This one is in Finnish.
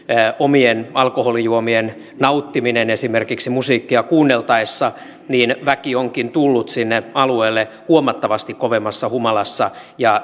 omien alkoholijuomien nauttiminen esimerkiksi musiikkia kuunneltaessa niin väki onkin tullut sinne alueelle huomattavasti kovemmassa humalassa ja